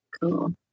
Cool